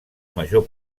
major